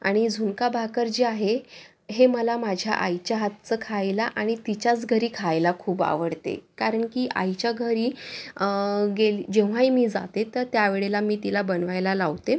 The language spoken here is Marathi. आणि झुणका भाकर जे आहे हे मला माझ्या आईच्या हातचं खायला आणि तिच्याच घरी खायला खूप आवडते कारण की आईच्या घरी गेली जेव्हाही मी जाते तर त्यावेळेला मी तिला बनवायला लावते